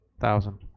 Thousand